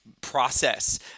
process